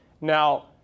Now